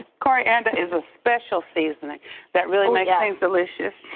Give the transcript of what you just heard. coriander is a special seasoning that really makes things delicious.